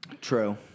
True